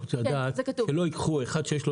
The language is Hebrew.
אנחנו רוצים לדעת שלא ייקחו אחד שיש לו